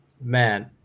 man